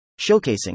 Showcasing